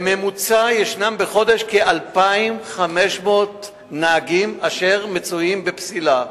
בחודש יש בממוצע כ-2,500 נהגים אשר מצויים בפסילה,